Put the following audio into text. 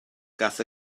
gaeth